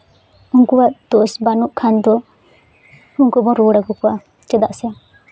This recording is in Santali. ᱩᱱᱠᱩᱣᱟᱜ ᱫᱳᱥ ᱵᱟᱹᱱᱩᱜ ᱠᱷᱟᱱ ᱫᱚ ᱩᱱᱠᱩ ᱵᱚᱱ ᱨᱩᱣᱟᱹᱲ ᱟᱜᱩ ᱠᱚᱣᱟ ᱪᱮᱫᱟᱜ ᱥᱮ